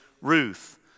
Ruth